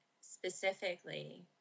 specifically